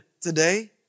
today